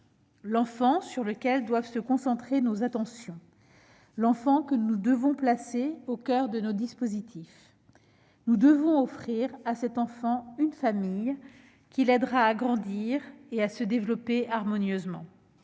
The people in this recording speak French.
C'est sur lui que doit se concentrer notre attention, c'est lui que nous devons placer au coeur de nos dispositifs. Nous devons offrir à cet enfant une famille qui l'aidera à grandir et à se développer harmonieusement.